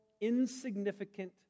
insignificant